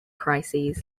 crises